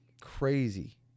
Crazy